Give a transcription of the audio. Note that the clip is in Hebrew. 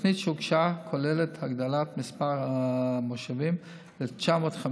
התוכנית שהוגשה כוללת הגדלה של מספר המושבים ל-950,